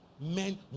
Men